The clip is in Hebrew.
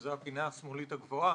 שזו הפינה השמאלית הגבוהה.